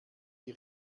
die